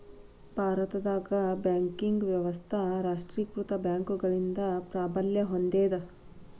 ಭಾರತದಾಗ ಬ್ಯಾಂಕಿಂಗ್ ವ್ಯವಸ್ಥಾ ರಾಷ್ಟ್ರೇಕೃತ ಬ್ಯಾಂಕ್ಗಳಿಂದ ಪ್ರಾಬಲ್ಯ ಹೊಂದೇದ